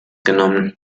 genommen